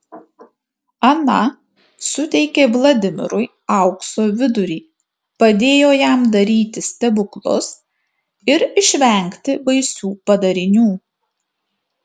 ana suteikė vladimirui aukso vidurį padėjo jam daryti stebuklus ir išvengti baisių padarinių